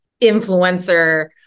influencer